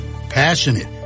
Passionate